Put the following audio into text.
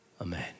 Amen